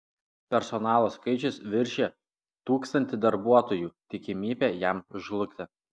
personalo skaičius viršija tūkstanti darbuotojų tikimybė jam žlugti